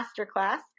Masterclass